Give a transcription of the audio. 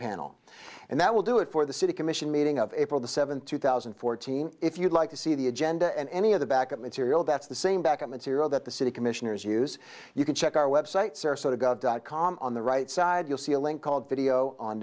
panel and that will do it for the city commission meeting of april the seventh two thousand and fourteen if you'd like to see the agenda and any of the back material that's the same back up material that the city commissioners use you can check our website sarasota gov dot com on the right side you'll see a link called video on